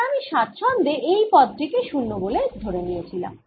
আর আমি স্বাচ্ছন্দ্যে এই পদ টি কে 0 বলে দিয়েছিলাম